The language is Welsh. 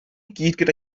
gyda